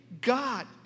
God